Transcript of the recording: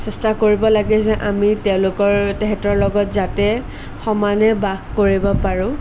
চেষ্টা কৰিব লাগে যে আমি তেওঁলোকৰ তাহাঁতৰ লগত যাতে সমানে বাস কৰিব পাৰোঁ